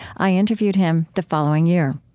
i interviewed him the following year